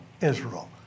Israel